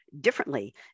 differently